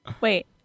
Wait